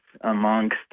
amongst